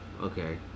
okay